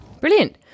Brilliant